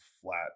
flat